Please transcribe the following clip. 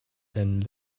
then